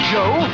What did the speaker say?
Joe